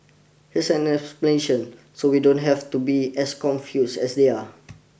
here's the explanation so you don't have to be as confused as they are